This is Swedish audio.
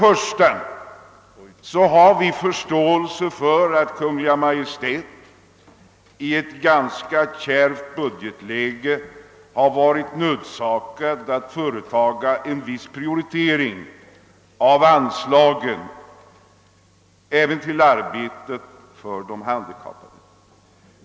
Först och främst har vi förståelse för att Kungl. Maj:t i ett ganska kärvt budgetläge varit nödsakad att göra en viss prioritering av anslagen även till arbetet för de handikappade.